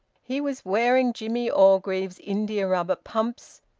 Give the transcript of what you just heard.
he was wearing jimmie orgreave's india-rubber pumps,